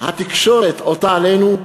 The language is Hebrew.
התקשורת עוטה עלינו,